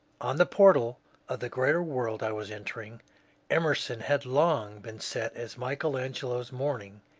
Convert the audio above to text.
on the portal of the greater world i was entering emerson had long been set as michael angelo's morning,